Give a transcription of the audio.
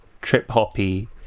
trip-hoppy